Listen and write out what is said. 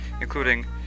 including